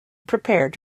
prepared